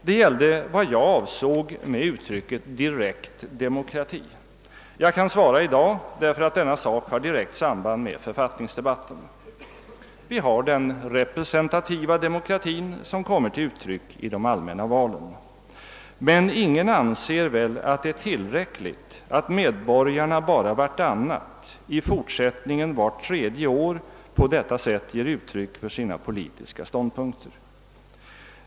Den gällde vad jag avsåg med uttrycket direkt demokrati. Jag kan svara i dag, därför att denna sak har direkt samband med författningsdebatten. Vi har den representativa demokratin som kommer till uttryck i de allmänna valen. Men ingen anser att det är tillräckligt att medborgarna endast vartannat, i fortsättningen vart tredje, år på detta sätt ger uttryck för sina politiska ståndpunkter.